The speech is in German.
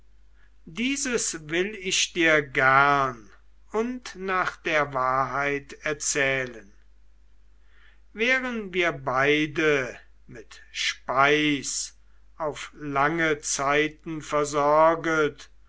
dieses will ich dir gern und nach der wahrheit erzählen wären wir beide mit speis auf lange zeiten versorget